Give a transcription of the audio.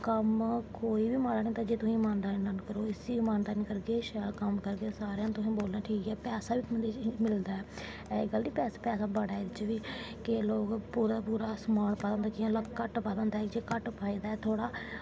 कम्म कोई बी माड़ा निं होंदा जे तुस इमानदारी नाल करो तुस इमानदारी नाल करगे सारें कन्नै बोलना ऐ ठीक ऐ पैहा बी मिलदा ऐ अजकल्ल पैहा बड़ा ऐ एह्दे बिच्च बी केईंं लोक पूरा दा पूरा समान पाए दा होंदा केइयैं घट्ट पाए दा होंदा जिस घट्ट पाए दा ऐ थोह्ड़ा